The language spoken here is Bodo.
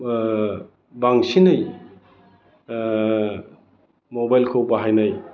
बांसिनै मबाइलखौ बाहायनायखौ